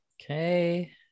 Okay